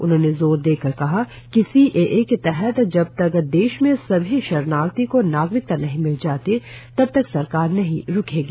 उन्होंने जोर देकर कहा कि सी ए ए के तहत जब तक देश में सभी शरणार्थियों को नागरिकता नही मिल जाती तब तक सरकार नहीं रुकेगी